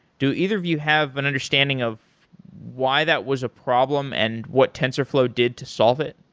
do either of you have an understanding of why that was a problem and what tensorflow did to solve it?